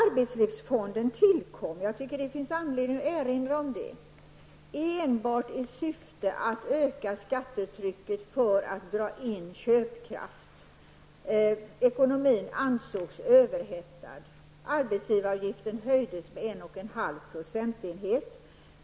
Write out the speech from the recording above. Det finns anledning att erinra om att arbetslivsfonden tillkom enbart i syfte att öka skattetrycket och därmed minska köpkraften. Ekonomin ansågs överhettad. Arbetsgivaravgiften höjdes med 1,5 procentenheter.